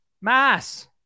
mass